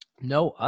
No